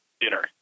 dinner